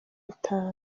itanu